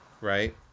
right